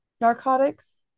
narcotics